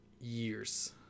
years